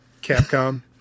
Capcom